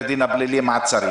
הדין הפלילי (סמכויות אכיפה - מעצרים)